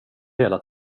hela